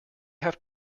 have